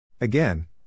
Again